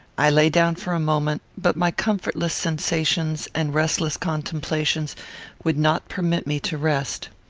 i lay down for a moment, but my comfortless sensations and restless contemplations would not permit me to rest.